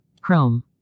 Chrome